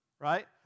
Right